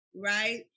right